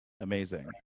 Amazing